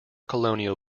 colonial